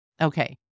Okay